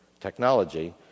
technology